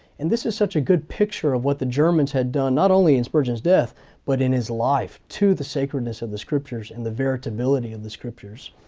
and this is such a good picture of what the germans had done, not only in spurgeon's death but in his life, to the sacredness of the scriptures, and the veritability of the scriptures.